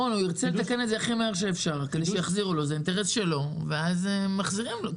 רון הוא ירצה לתקן את זה כמה שיותר מהר שאפשר ואז מחזירים לו.